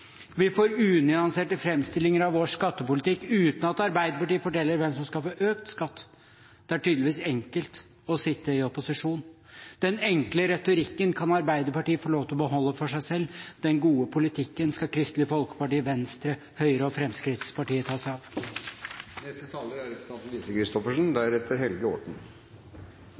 Vi får unyanserte framstillinger av vår skattepolitikk uten at Arbeiderpartiet forteller hvem som skal få økt skatt. – Det er tydeligvis enkelt å sitte i opposisjon. Den enkle retorikken kan Arbeiderpartiet få lov til å beholde for seg selv. Den gode politikken skal Kristelig Folkeparti, Venstre, Høyre og Fremskrittspartiet ta seg av. Toppoppslaget i trontalen er